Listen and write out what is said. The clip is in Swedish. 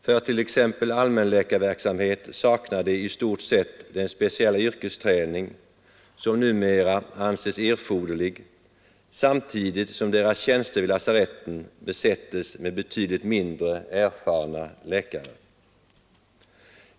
För t.ex. allmän-läkarverksamhet saknar de i stort sett den speciella yrkesträning som numera anses erforderlig, samtidigt som deras tjänster vid lasaretten besättes med betydligt mindre erfarna läkare.